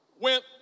went